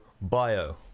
bio